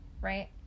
right